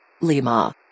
Lima